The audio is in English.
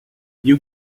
you